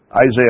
Isaiah